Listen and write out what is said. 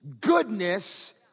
goodness